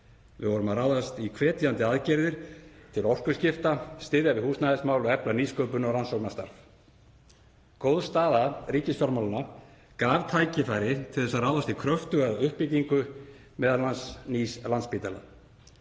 Við vorum að ráðast í hvetjandi aðgerðir til orkuskipta, styðja við húsnæðismál og efla nýsköpun og rannsóknastarf. Góð staða ríkisfjármála gaf tækifæri til að ráðast í kröftuga uppbyggingu, m.a. nýs Landspítala.